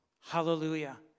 Hallelujah